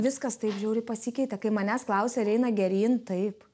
viskas taip žiauriai pasikeitė kai manęs klausia ar eina geryn taip